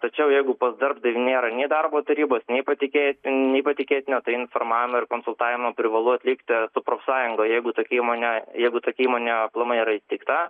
tačiau jeigu pas darbdavį nėra nei darbo tarybos nei patikėtin nei patikėtinio tai informavimą ir konsultavimą privalu atlikti profsąjungai jeigu tokia įmonėje jeigu tokia įmonėje aplamai yra įsteigta